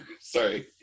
Sorry